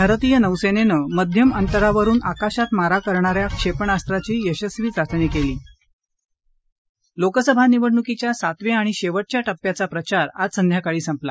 भारतीय नौसेनेनं मध्यम अंतरावरून आकाशात मारा करण्याऱ्या क्षेपणास्त्राची यशस्वी चाचणी केली लोकसभा निवडणुकीच्या सातव्या आणि शेवटच्या टप्प्याचा प्रचार आज संध्याकाळी संपला